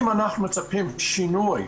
אם אנחנו מצפים שינוי,